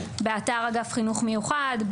באתר אגף חינוך מיוחד,